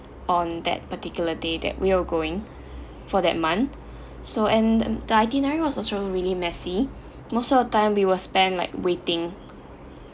on that particular day that we were going for that month so and and the itinerary was also really messy most of the time we will spend like waiting